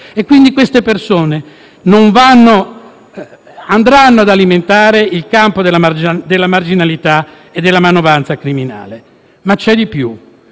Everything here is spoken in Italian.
Quindi, queste persone andranno ad alimentare il campo della marginalità e della manovalanza criminale. Ma c'è di più.